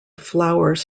flowers